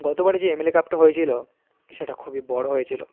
গতবারে যে M L A কাপটা হয়েছিলো সেটা খুবই বড়ো হয়েছিলো